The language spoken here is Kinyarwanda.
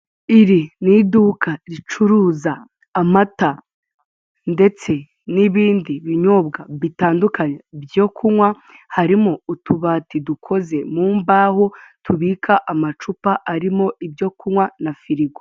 Iri ni iduka ricuruza amata ndetse n'ibindi binyobwa bitandukanye byo kunywa, harimo utubati dukoze mu mbaho tubika amacupa arimo ibyo kunywa na firigo.